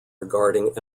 regarding